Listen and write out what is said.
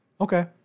Okay